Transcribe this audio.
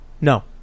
no